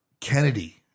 Kennedy